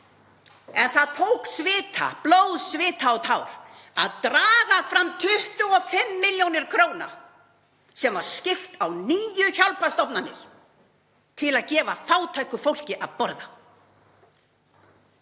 En það kostaði blóð, svita og tár að draga fram 25 milljónir kr. sem var skipt á níu hjálparstofnanir til að gefa fátæku fólki að borða.